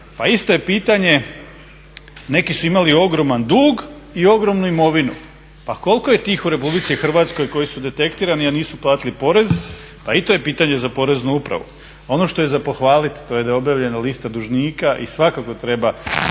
Pa isto je pitanje, neki su imali ogroman dug i ogromnu imovinu. Pa koliko je tih u RH koji su detektirani a nisu platili porez? Pa i to je pitanje za Poreznu upravu. Ono što je za pohvalit to je da je objavljena lista dužnika i svakako treba